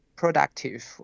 Productive